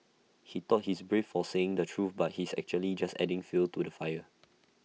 he thought he's brave for saying the truth but he's actually just adding fuel to the fire